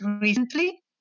recently